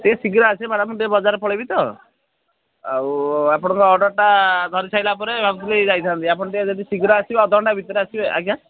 ଟିକେ ଶୀଘ୍ର ଆସିବେ ମ୍ୟାଡ଼ାମ୍ ମୁଁ ଟିକେ ବଜାର ପଳାଇବି ତ ଆଉ ଆପଣଙ୍କ ଅର୍ଡ଼ର୍ଟା ଧରି ସାରିଲା ପରେ ଭାବୁଥିଲି ଯାଇଥାନ୍ତି ଆପଣ ଟିକେ ଯଦି ଶୀଘ୍ର ଆସିବେ ଅଧା ଘଣ୍ଟା ଭିତରେ ଆସିବେ ଆଜ୍ଞା